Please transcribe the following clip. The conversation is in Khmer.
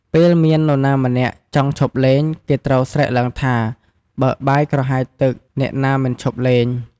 ពេលមាននរណាម្នាក់ចង់ឈប់លេង គេត្រូវស្រែកឡើងថា "បើកបាយ ក្រហាយទឹក អ្នកណាមិនឈប់លេង"។